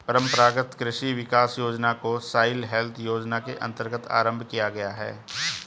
परंपरागत कृषि विकास योजना को सॉइल हेल्थ योजना के अंतर्गत आरंभ किया गया है